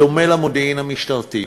דומה למודיעין המשטרתי,